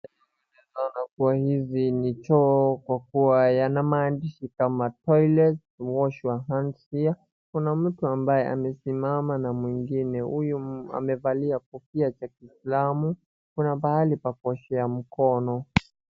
Tunaona kuwa hizi ni choo kwa kuwa yana maandishi kama toilet wash your hands here kuna mtu ambaye amesimama na mwingine, huyu amevalia kofia za kiislamu kuna pahali pa kuoshea mkono.